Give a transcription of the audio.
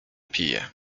pije